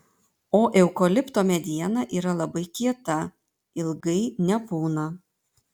o eukalipto mediena yra labai kieta ilgai nepūna